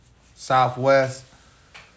Southwest